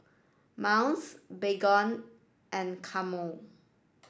Miles Baygon and Camel